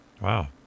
Wow